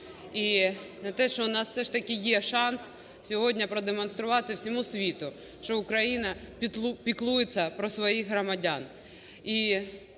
І за те, що у нас все ж таки є шанс сьогодні продемонструвати всьому світу, що Україна піклується про своїх громадян.